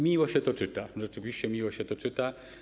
Miło się to czyta, rzeczywiście miło się to czyta.